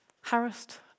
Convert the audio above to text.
harassed